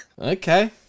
Okay